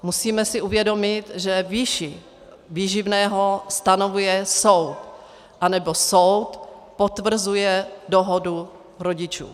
Musíme si uvědomit, že výši výživného stanovuje soud, anebo soud potvrzuje dohodu rodičů.